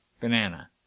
banana